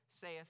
saith